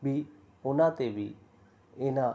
ਵੀ ਉਹਨਾਂ 'ਤੇ ਵੀ ਇਹਨਾਂ